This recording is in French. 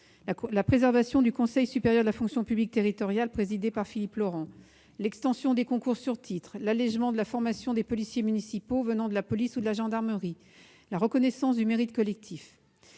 la préservation du Conseil supérieur de la fonction publique territoriale, présidé par Philippe Laurent ; l'extension des concours sur titres ; l'allégement de la formation des policiers municipaux venant de la police ou de la gendarmerie ; la reconnaissance du mérite collectif.